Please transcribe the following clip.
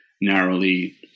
narrowly